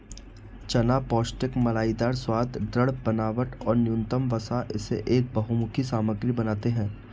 चना पौष्टिक मलाईदार स्वाद, दृढ़ बनावट और न्यूनतम वसा इसे एक बहुमुखी सामग्री बनाते है